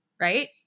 right